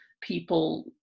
people